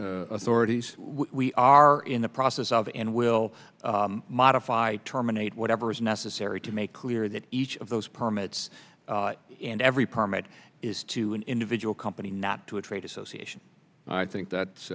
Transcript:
will authorities we are in the process of and will i'll modify terminate whatever is necessary to make clear that each of those permits and every permit is to an individual company not to a trade association i think that